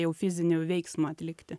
jau fizinį veiksmą atlikti